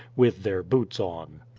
with their boots on.